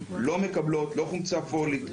לא מקבלות: לא חומצה פולית,